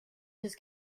his